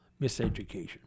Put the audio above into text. miseducation